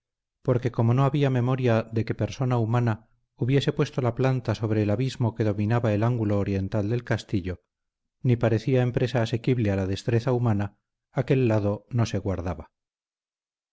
porque como no había memoria de que persona humana hubiese puesto la planta sobre el abismo que dominaba el ángulo oriental del castillo ni parecía empresa asequible a la destreza humana aquel lado no se guardaba